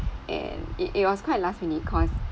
and it it was quite last minute cause